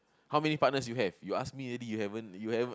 how many partners you have you ask me already you haven't you haven't